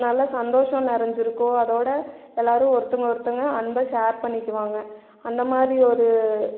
நல்லா சந்தோஷம் நெறைஞ்சி இருக்கும் அதோட எல்லோரும் ஒருத்தவங்க ஒருத்தவங்க அன்பை ஷேர் பண்ணிக்குவாங்க அந்தமாதிரி ஒரு